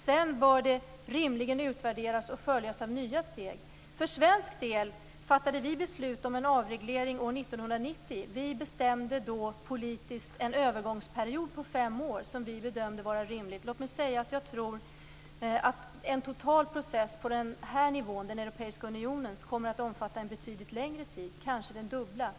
Sedan bör det rimligen utvärderas och följas av nya steg. För svensk del fattade vi beslut om en avreglering år 1990. Vi bestämde då politiskt en övergångsperiod på fem år, som vi bedömde vara rimligt. Låt mig säga att jag tror att en total process på den här nivån, den europeiska unionens, kommer att omfatta en betydligt längre tid, kanske den dubbla.